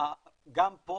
גם פה